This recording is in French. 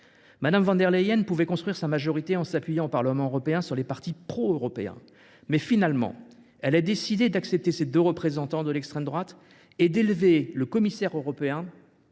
Mme von der Leyen pouvait construire sa majorité en s’appuyant, au Parlement européen, sur les partis pro européens, mais elle a finalement décidé d’accepter ces deux représentants de l’extrême droite et même d’élever le commissaire italien